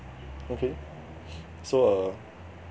okay so err